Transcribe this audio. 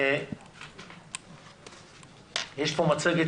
איזושהי מצגת